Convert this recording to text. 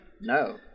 No